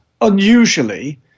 unusually